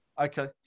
Okay